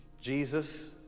Jesus